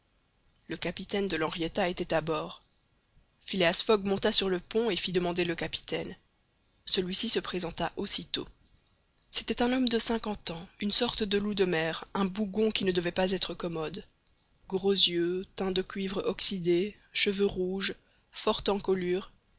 le capitaine de l'henrietta était à bord phileas fogg monta sur le pont et fit demander le capitaine celui-ci se présenta aussitôt c'était un homme de cinquante ans une sorte le loup de mer un bougon qui ne devait pas être commode gros yeux teint de cuivre oxydé cheveux rouges forte encolure